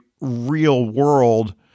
real-world